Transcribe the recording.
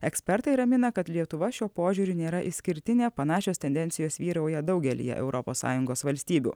ekspertai ramina kad lietuva šiuo požiūriu nėra išskirtinė panašios tendencijos vyrauja daugelyje europos sąjungos valstybių